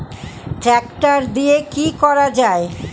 Tractor দিয়ে কি করা যায়?